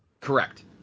Correct